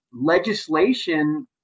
legislation